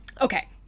Okay